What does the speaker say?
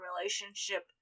relationship